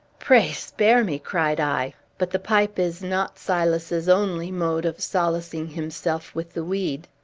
pray, spare me! cried i. but the pipe is not silas's only mode of solacing himself with the weed.